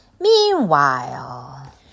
Meanwhile